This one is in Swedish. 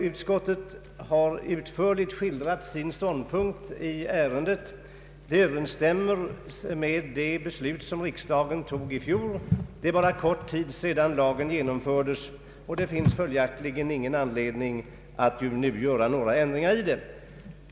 Utskottet har utförligt skildrat sin ståndpunkt, vilken överensstämmer med det beslut som riksdagen fattade i fjol. Det är bara en kort tid sedan lagen antogs, och det finns följaktligen ingen anledning att nu göra några ändringar i den.